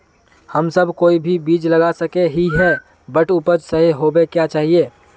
हम सब कोई भी बीज लगा सके ही है बट उपज सही होबे क्याँ चाहिए?